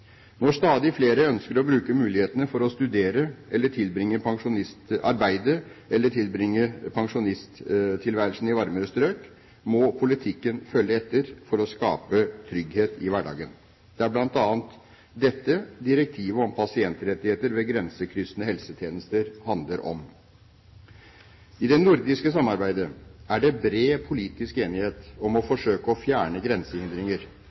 Når stadig flere ønsker å bruke mulighetene for å studere, arbeide eller tilbringe pensjonisttilværelsen i varmere strøk, må politikken følge etter for å skape trygghet i hverdagen. Det er blant annet dette direktivet om pasientrettigheter ved grensekryssende helsetjenester handler om. I det nordiske samarbeidet er det bred politisk enighet om å forsøke å fjerne